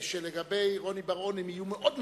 שלגבי רוני בר-און הם יהיו מאוד מצומצמים,